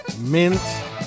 mint